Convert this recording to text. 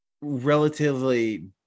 relatively